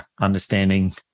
understanding